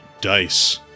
dice